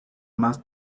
más